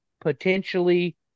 potentially